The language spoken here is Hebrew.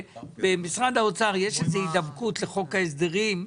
במשרד האוצר יש איזו הידבקות לחוק ההסדרים,